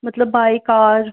ਮਤਲਬ ਬਾਏ ਕਾਰ